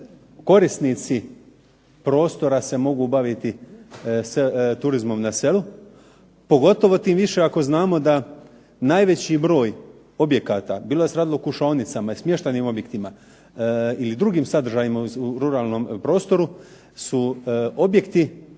korisnici prostora se mogu baviti turizmom na selu, pogotovo tim više ako znamo da najveći broj objekata, bilo da se radilo o kušaonicama i smještajnim objektima ili drugim sadržajima u ruralnom prostoru su objekti